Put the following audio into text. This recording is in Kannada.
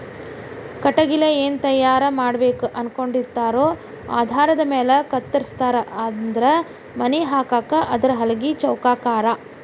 ಕಟಗಿಲೆ ಏನ ತಯಾರ ಮಾಡಬೇಕ ಅನಕೊಂಡಿರತಾರೊ ಆಧಾರದ ಮ್ಯಾಲ ಕತ್ತರಸ್ತಾರ ಅಂದ್ರ ಮನಿ ಹಾಕಾಕ ಆದ್ರ ಹಲಗಿ ಚೌಕಾಕಾರಾ